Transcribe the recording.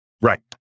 right